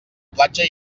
platja